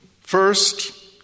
first